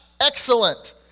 excellent